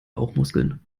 bauchmuskeln